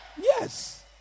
Yes